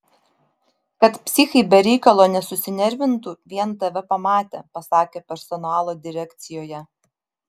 kad psichai be reikalo nesusinervintų vien tave pamatę pasakė personalo direkcijoje